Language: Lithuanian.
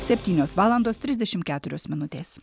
septynios valandos trisdešimt keturios minutės